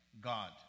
God